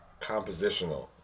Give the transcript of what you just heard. compositional